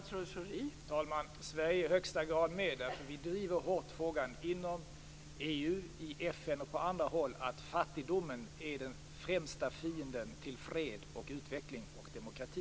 Fru talman! Sverige är i högsta grad med där. Inom EU, i FN och på andra håll driver vi hårt frågan om att fattigdomen är den främsta fienden till fred, utveckling och demokrati.